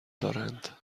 دارند